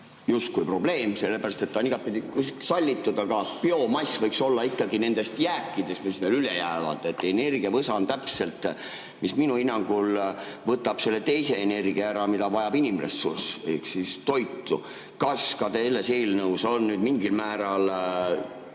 justkui probleem, sellepärast et ta on igatpidi sallitud. Aga biomass võiks olla ikkagi nendest jääkidest, mis meil üle jäävad. Energiavõsa on täpselt see, mis minu hinnangul võtab selle teise energia ära, mida vajab inimressurss, ehk toidu. Kas selles eelnõus on mingil määral